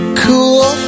cool